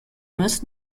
must